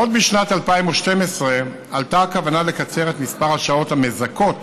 עוד בשנת 2012 עלתה הכוונה לקצר את מספר השעות המזכות